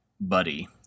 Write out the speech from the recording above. buddy